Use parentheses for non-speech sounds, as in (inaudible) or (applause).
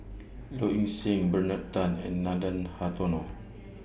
Low Ing Sing Bernard Tan and Nathan Hartono (noise)